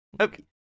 Okay